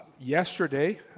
Yesterday